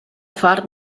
fart